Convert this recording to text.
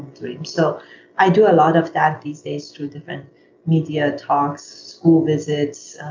dreams. so i do a lot of that these days through different media talks, school visits,